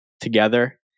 together